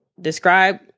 Describe